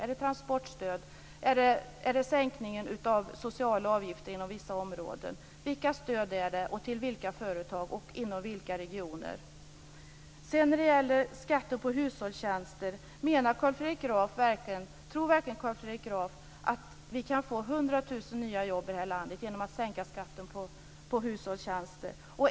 Är det transportstöd eller sänkningen av sociala avgifter inom vissa områden? Vilka stöd är det, till vilka företag och inom vilka regioner? När det gäller skatter på hushållstjänster: Tror verkligen Carl Fredrik Graf att vi kan få hundra tusen nya jobb i det här landet genom att sänka skatten på hushållstjänster?